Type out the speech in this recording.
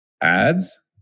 ads